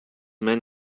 men